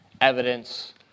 evidence